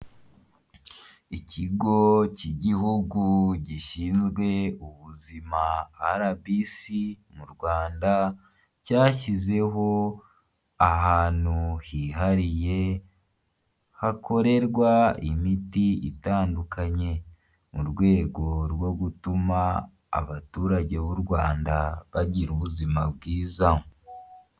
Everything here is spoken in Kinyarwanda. Ikigo cy'igihugu gishinzwe ubuzima rbc mu rwanda cyashyizeho ahantu hihariye hakorerwa imiti itandukanye mu rwego rwo gutuma abaturage b'u rwanda bagira ubuzima bwiza.